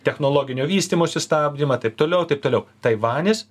technologinio vystymosi stabdymą taip toliau taip toliau taivanis